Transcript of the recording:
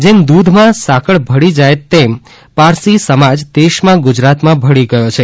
જેમ દૂધમાં સાકળ ભળી જાય તેમ પારસી સમાજ દેશમાં ગુજરાતમાં ભળી ગયો છે